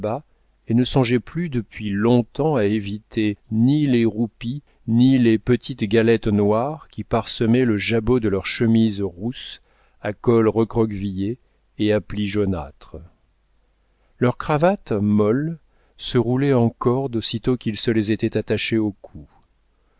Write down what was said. et ne songeaient plus depuis long-temps à éviter ni les roupies ni les petites galettes noires qui parsemaient le jabot de leurs chemises rousses à cols recroquevillés et à plis jaunâtres leurs cravates molles se roulaient en corde aussitôt qu'ils se les étaient attachées au cou